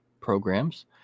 programs